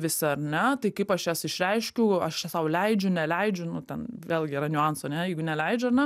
vis ar ne tai kaip aš jas išreiškiu aš sau leidžiu neleidžiu nu ten vėlgi yra niuansų ane jeigu neleidžiu ar ne